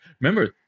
Remember